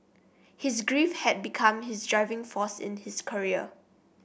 his grief had become his driving force in his career